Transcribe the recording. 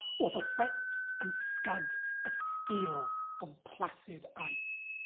or the whet and scud of steel on placid ice?